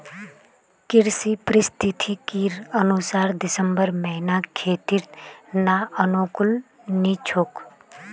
कृषि पारिस्थितिकीर अनुसार दिसंबर महीना खेतीर त न अनुकूल नी छोक